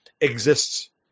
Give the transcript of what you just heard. exists